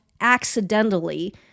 accidentally